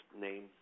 name